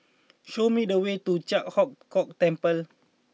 show me the way to Ji Huang Kok Temple